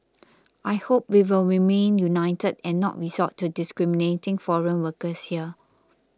I hope we will remain united and not resort to discriminating foreign workers here